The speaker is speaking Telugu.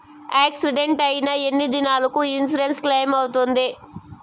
యాక్సిడెంట్ అయిన ఎన్ని దినాలకు ఇన్సూరెన్సు క్లెయిమ్ అవుతుంది?